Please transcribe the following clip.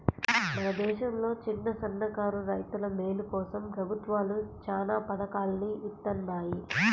మన దేశంలో చిన్నసన్నకారు రైతుల మేలు కోసం ప్రభుత్వాలు చానా పథకాల్ని ఇత్తన్నాయి